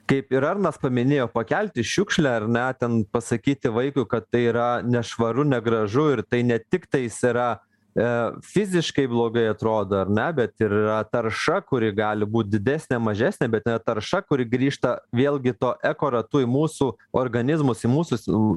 kaip ir arnas paminėjo pakelti šiukšlę ar ne pasakyti vaikui kad tai yra nešvaru negražu ir tai ne tiktais yra e fiziškai blogai atrodo ar ne bet ir yra tarša kuri gali būt didesnė mažesnė bet net tarša kuri grįžta vėlgi tuo ekoratu į mūsų organizmus į mūsų